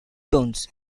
tones